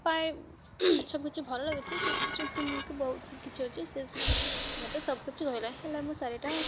ପାଇଁ ସବୁ କିଛି ଭଲ ଲାଗୁଛି ସେ ବହୁତ କିଛି ଅଛି ସେ ମୋତେ ସବୁକିଛି କହିଲେ ହେଲେ ମୁଁ ଶାଢ଼ୀଟା